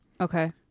Okay